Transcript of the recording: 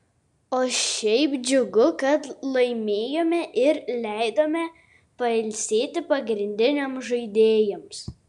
o šiaip džiugu kad laimėjome ir leidome pailsėti pagrindiniams žaidėjams